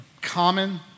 common